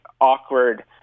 awkward